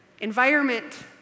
Environment